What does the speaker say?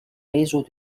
réseau